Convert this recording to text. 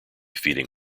feeding